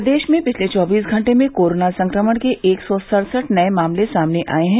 प्रदेश में पिछले चौबीस घंटे में कोरोना संक्रमण के एक सौ सड़सठ नये मामले सामने आये हैं